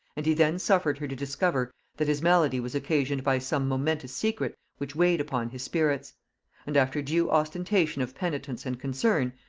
and he then suffered her to discover that his malady was occasioned by some momentous secret which weighed upon his spirits and after due ostentation of penitence and concern,